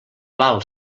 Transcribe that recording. val